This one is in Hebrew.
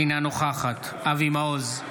אינה נוכחת אבי מעוז,